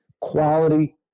quality